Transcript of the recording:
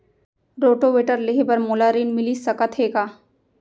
Rotavator लेहे बर मोला ऋण मिलिस सकत हे का?